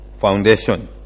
foundation